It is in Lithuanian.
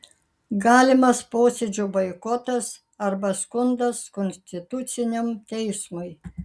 galimas posėdžio boikotas arba skundas konstituciniam teismui